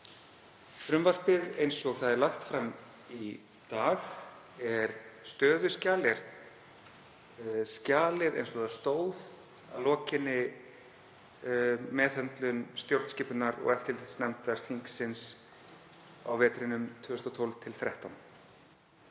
Frumvarpið, eins og það er lagt fram í dag, er stöðuskjal, er skjalið eins og það stóð að lokinni meðhöndlun stjórnskipunar- og eftirlitsnefndar þingsins á vetrinum 2012–2013.